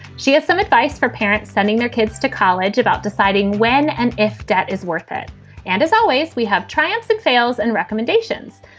she has some advice for parents sending their kids to college about deciding when and if debt is worth it and as always, we have triumphs and fails and recommendations.